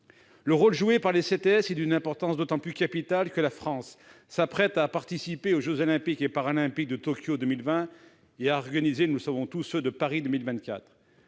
Le rôle joué par les CTS est d'une importance d'autant plus capitale que la France s'apprête à participer aux jeux Olympiques et Paralympiques de Tokyo en 2020 et à organiser ceux de Paris en 2024.